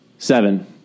Seven